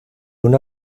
una